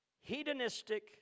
hedonistic